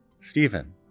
Stephen